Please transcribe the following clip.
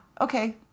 okay